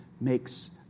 makes